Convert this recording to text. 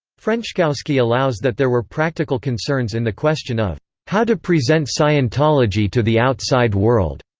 frenschkowski allows that there were practical concerns in the question of how to present scientology to the outside world,